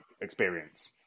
experience